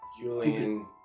Julian